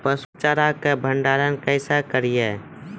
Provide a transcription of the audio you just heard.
पसु चारा का भंडारण कैसे करें?